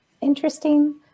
interesting